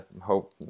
hope